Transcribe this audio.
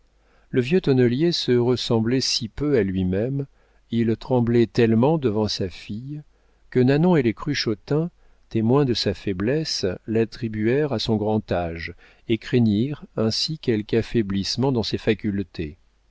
le vieux tonnelier se ressemblait si peu à lui-même il tremblait tellement devant sa fille que nanon et les cruchotins témoins de sa faiblesse l'attribuèrent à son grand âge et craignirent ainsi quelque affaiblissement dans ses facultés